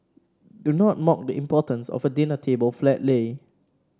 do not mock the importance of a dinner table flat lay